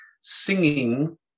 singing